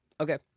okay